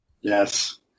Yes